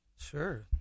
Sure